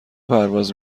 پرواز